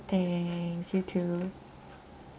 thanks you too